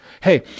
Hey